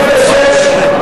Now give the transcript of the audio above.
סעיף 06,